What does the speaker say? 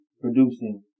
producing